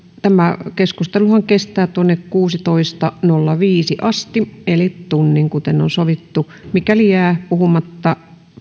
tämä keskusteluhan kestää tuonne kuuteentoista piste nolla viisi asti eli tunnin kuten on sovittu mikäli jää puhumatta